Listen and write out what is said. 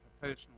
personal